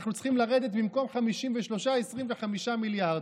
ואנחנו צריכים לרדת מ-53 ל-25 מיליארד.